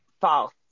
False